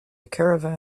caravan